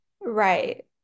right